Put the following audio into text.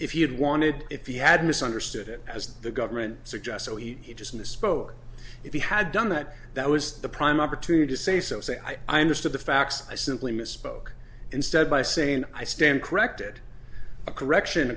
had wanted if he had mis understood it as the government suggested he just misspoke if he had done that that was the prime opportunity to say so say i understood the facts i simply misspoke instead by saying i stand corrected a correction